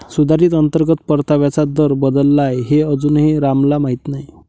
सुधारित अंतर्गत परताव्याचा दर बदलला आहे हे अजूनही रामला माहीत नाही